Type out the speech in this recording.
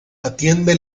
atiende